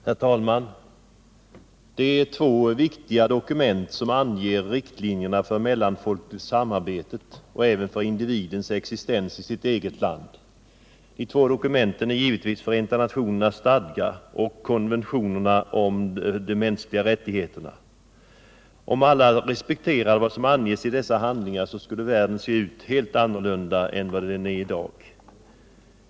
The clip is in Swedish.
Herr talman! Det är två viktiga dokument som anger riktlinjerna för det mellanfolkliga samarbetet och även för individens existens i sitt eget land. De två dokumenten är Förenta nationernas stadga och konventionerna för de mänskliga rättigheterna. Om alla respekterade vad som anges i dessa handlingar skulle världen se helt annorlunda ut än vad den gör i dag.